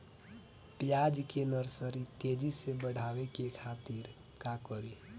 प्याज के नर्सरी तेजी से बढ़ावे के खातिर का करी?